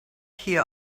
here